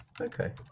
Okay